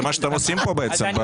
זה מה שאתם עושים פה בעצם.